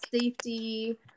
safety